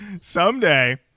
someday